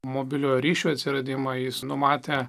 mobiliojo ryšio atsiradimą jis numatė